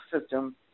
system